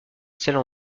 celle